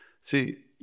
See